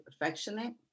affectionate